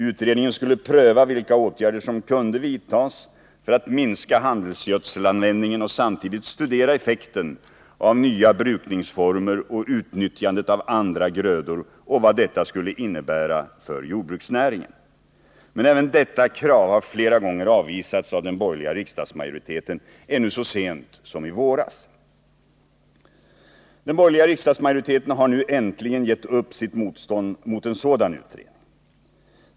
Utredningen skulle pröva vilka åtgärder som kunde vidtas för att minska handelsgödselanvändningen och samtidigt studera effekten av nya brukningsformer och utnyttjandet av andra grödor och vad detta skulle innebära för jordbruksnäringen. Men även detta krav har flera gånger avvisats av den borgerliga riksdagsmajoriteten, bl.a. så sent som i våras. Den borgerliga riksdagsmajoriteten har nu äntligen gett upp sitt motstånd mot en sådan utredning.